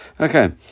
Okay